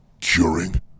Curing